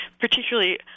particularly